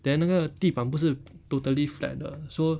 then 那个地板不是 totally flat 的 so